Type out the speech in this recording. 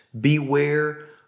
beware